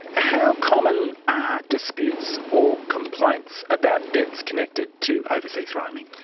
how common are disputes or complaints about debts connected to overseas roaming?